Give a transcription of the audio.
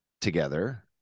together